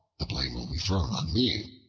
the blame will be thrown on me,